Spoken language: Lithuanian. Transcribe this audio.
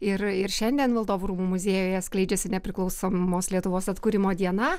ir ir šiandien valdovų rūmų muziejuje skleidžiasi nepriklausomos lietuvos atkūrimo diena